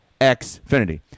Xfinity